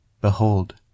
Behold